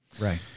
Right